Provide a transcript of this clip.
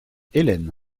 hélène